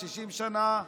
60 שנה,